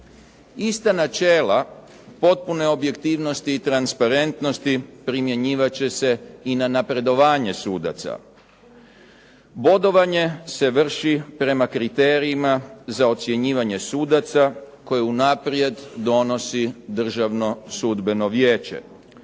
Ista načela potpune objektivnosti i transparentnosti primjenjivat će se i na napredovanje sudaca. Bodovanje se vrši prema kriterijima za ocjenjivanje sudaca koje unaprijed donosi Državno sudbeno vijeće.